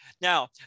Now